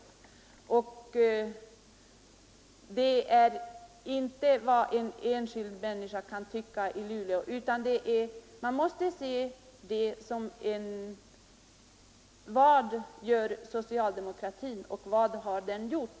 Det är inte av avgörande betydelse vad en enskild människa kan tycka i Luleå, utan man måste fråga: Vad gör socialdemokratin, och vad har den gjort?